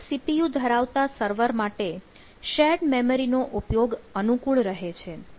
અનેક CPU ધરાવતા server માટે શેર્ડ મેમરી નો ઉપયોગ અનુકૂળ રહે છે